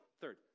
third